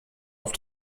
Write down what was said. auf